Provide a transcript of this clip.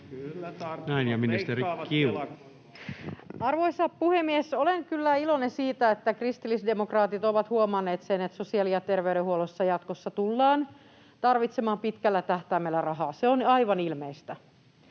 Arvoisa puhemies! Olen kyllä iloinen siitä, että kristillisdemokraatit ovat huomanneet sen, että sosiaali‑ ja terveydenhuollossa tullaan jatkossa tarvitsemaan pitkällä tähtäimellä rahaa, se on aivan ilmeistä.